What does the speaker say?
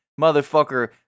Motherfucker